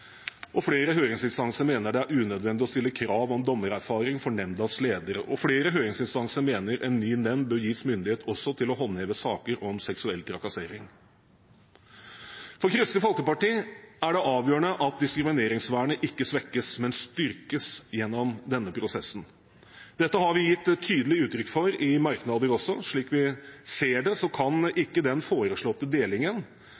Flere høringsinstanser mener det er unødvendig å stille krav om dommererfaring for nemndas ledere, og flere høringsinstanser mener en ny nemnd bør gis myndighet til også å håndheve saker om seksuell trakassering. For Kristelig Folkeparti er det avgjørende at diskrimineringsvernet ikke svekkes, men styrkes gjennom denne prosessen. Dette har vi gitt tydelig uttrykk for i merknader. Slik vi ser det, kan